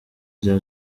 rya